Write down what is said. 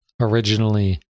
originally